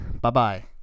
Bye-bye